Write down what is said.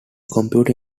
computer